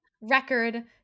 record